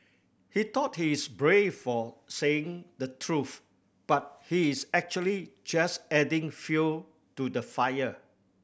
he thought he's brave for saying the truth but he is actually just adding fuel to the fire